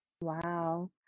wow